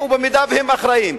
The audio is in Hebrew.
במידה שהם אחראים,